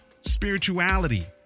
spirituality